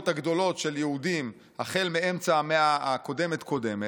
הגדולות של היהודים החל מאמצע המאה הקודמת קודמת,